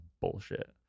bullshit